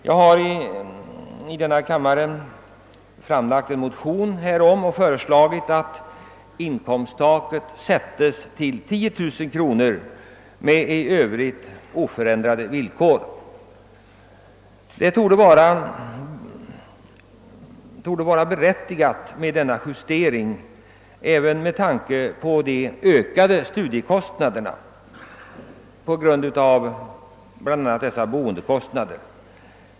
Jag har tillsammans med herr Jonasson väckt en motion i frågan här i kammaren och föreslagit att inkomsttaket sätts vid 10000 kronor, med i övrigt oförändrade villkor. En sådan justering torde vara berättigad även med tanke på den ökning av studiekostnaderna som uppkommit bl.a. på grund av höjningen av boendekostnaderna.